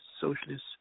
Socialist